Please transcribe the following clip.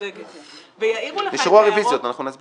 האשה ולשוויון מגדרי למיזוג הצעות החוק,